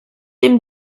dem